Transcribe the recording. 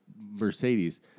Mercedes